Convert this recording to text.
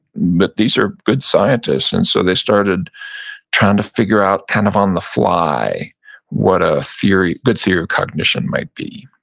these are good scientists. and so they started trying to figure out kind of on the fly what a theory, good theory of cognition might be.